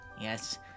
Yes